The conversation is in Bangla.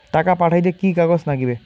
টাকা পাঠাইতে কি কাগজ নাগীবে?